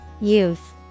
Youth